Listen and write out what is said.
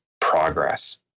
progress